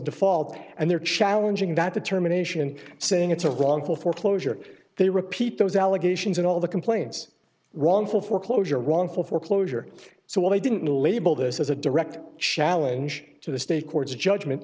default and they're challenging that determination and saying it's a wrongful foreclosure they repeat those allegations and all the complaints wrongful foreclosure wrongful foreclosure so why didn't you label this as a direct challenge to the state courts a judgment